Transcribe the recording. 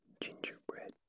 gingerbread